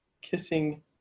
Kissing